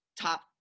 Top